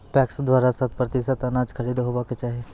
PACS द्वारा शत प्रतिसत अनाज खरीद हेवाक चाही?